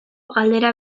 galdera